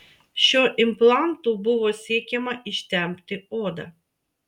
šiuo implantu buvo siekiama ištempti odą